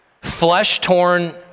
flesh-torn